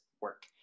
work